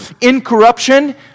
incorruption